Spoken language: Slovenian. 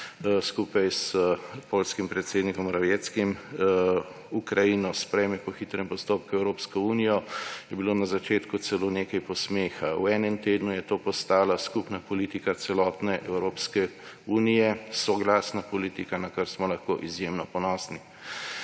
skupaj s poljskih predsednikom Morawieckim Ukrajino sprejme po hitrem postopku v Evropsko unijo, je bilo na začetku celo nekaj posmeha. V enem tednu je to postala skupna politika celotne Evropske unije, soglasna politika, na kar smo lahko izjemno ponosni.